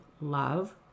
love